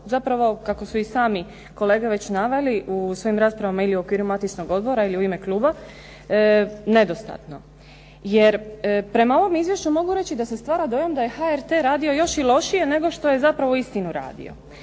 zapravo kako su i sami kolege već naveli u svojim raspravama ili u okviru matičnog odbora ali i u ime kluba nedostatno. Jer prema ovom izvješću mogu reći da se stvara dojam da je HRT radio još i lošije nego što je zapravo uistinu radio.